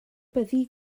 byddi